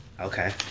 Okay